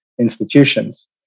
institutions